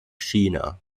china